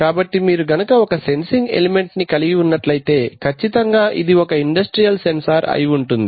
కాబట్టి మీరు గనుక ఒక సెన్సింగ్ ఎలిమెంట్ ని కలిగి ఉన్నట్లయితే ఖచ్చితంగా ఇది ఒక ఇండస్ట్రియల్ సెన్సార్ అయి ఉంటుంది